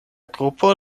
grupo